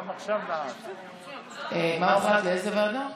לאיזו ועדה?